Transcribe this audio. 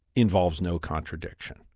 involves no contradiction.